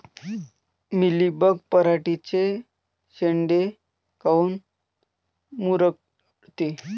Mealybug पराटीचे चे शेंडे काऊन मुरगळते?